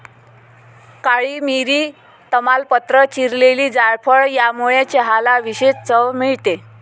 काळी मिरी, तमालपत्र, चिरलेली जायफळ यामुळे चहाला विशेष चव मिळते